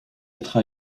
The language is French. être